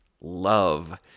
Love